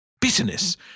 Bitterness